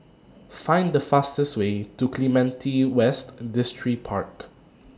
Find The fastest Way to Clementi West Distripark